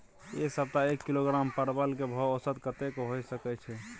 ऐ सप्ताह एक किलोग्राम परवल के भाव औसत कतेक होय सके छै?